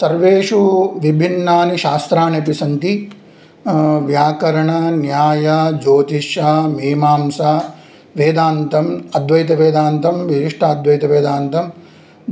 सर्वेषु विभिन्नानि शास्त्राणि अपि सन्ति व्याकरणन्यायज्योतिष्यमीमांसावेदान्तम् अद्वैतवेदान्तं विशिष्टाद्वैतवेदान्तं